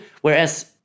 Whereas